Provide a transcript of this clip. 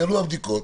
יעלו הבדיקות,